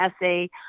essay